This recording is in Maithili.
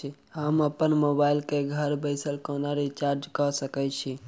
हम अप्पन मोबाइल कऽ घर बैसल कोना रिचार्ज कऽ सकय छी?